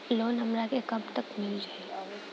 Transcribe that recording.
Loan हमरा के कब तक मिल जाई?